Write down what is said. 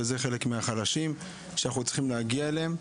והם חלק מהחלשים שאנחנו צריכים להגיע אליהם.